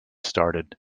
started